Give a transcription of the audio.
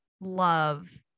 love